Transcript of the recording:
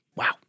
Wow